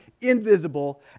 invisible